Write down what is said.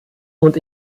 und